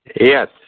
Yes